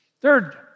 Third